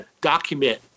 document